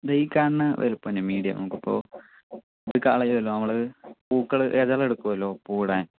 ദേ ഈ കാണുന്ന വലിപ്പം തന്നെയാണ് മീഡിയം നമുക്കിപ്പോൾ ഇത് കളയൂല്ലൊ നമ്മള് പൂക്കള് ഇതൾ എടുക്കുമല്ലൊ പൂവിടാൻ